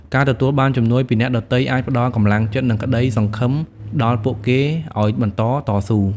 ការទទួលបានជំនួយពីអ្នកដទៃអាចផ្តល់កម្លាំងចិត្ត និងក្តីសង្ឃឹមដល់ពួកគេឱ្យបន្តតស៊ូ។